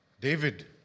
David